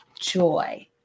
joy